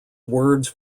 words